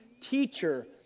teacher